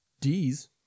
D's